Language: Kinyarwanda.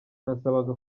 nasabaga